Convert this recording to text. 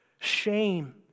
shame